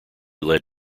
led